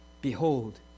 behold